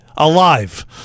Alive